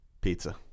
pizza